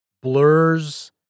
blurs